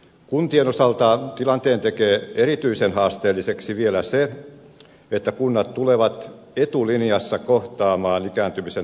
kuntien osalta tilanteen tekee erityisen haasteelliseksi vielä se että kunnat tulevat etulinjassa kohtaamaan ikääntymisen taloudelliset vaikutukset